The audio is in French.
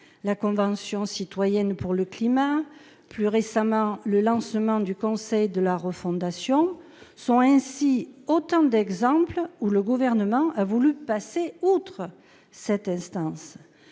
la Convention citoyenne pour le climat. Plus récemment le lancement du conseil de la refondation sont ainsi autant d'exemples où le gouvernement a voulu passer outre cette instance